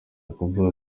ukuvuga